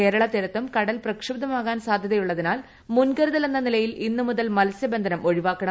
കേരള തീരത്തും കടൽ പ്രക്ഷുബ്ധമാകാൻ സാധ്യതയുള്ളതിനാൽ മുൻകരുതലെന്ന നിലയിൽ ഇന്നുമുതൽ മൽസ്യബന്ധനം ഒഴിവാക്കണം